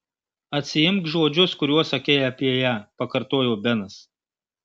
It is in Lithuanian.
atsiimk žodžius kuriuos sakei apie ją pakartojo benas